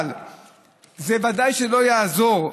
אבל בוודאי שלא יעזור,